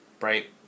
right